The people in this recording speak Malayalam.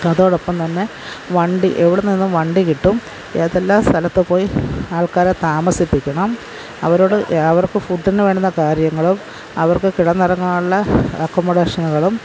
അതോടൊപ്പം തന്നെ വണ്ടി എവിടെ നിന്നും വണ്ടി കിട്ടും ഏതെല്ലാം സ്ഥലത്ത് പോയി ആള്ക്കാരെ താമസിപ്പിക്കണം അവരോട് അവര്ക്ക് ഫുഡിന് വേണ്ടുന്ന കാര്യങ്ങളും അവര്ക്ക് കിടന്നുറങ്ങാനുള്ള അക്കൊമഡേഷനുകളും